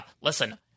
listen